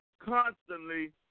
constantly